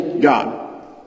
God